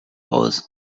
aus